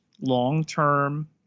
long-term